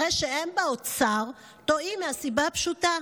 הרי שהם באוצר טועים מהסיבה הפשוטה: